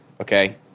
okay